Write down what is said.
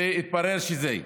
והתברר על זה.